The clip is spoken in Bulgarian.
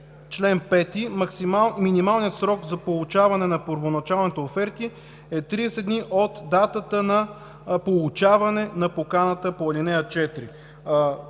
чл. 5: „Минималният срок за получаване на първоначалните оферти е 30 дни от датата на получаване на поканата по ал. 4”.